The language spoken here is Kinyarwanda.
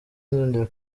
sinzongera